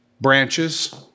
branches